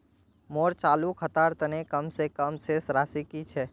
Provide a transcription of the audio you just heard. मोर चालू खातार तने कम से कम शेष राशि कि छे?